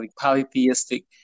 polytheistic